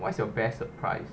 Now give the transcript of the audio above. what's your best surprise